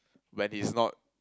when he's not